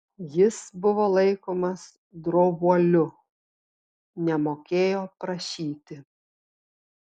jis buvo laikomas drovuoliu nemokėjo prašyti